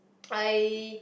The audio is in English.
I